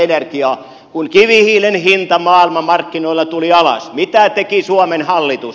kun kivihiilen hinta maailmanmarkkinoilla tuli alas mitä teki suomen hallitus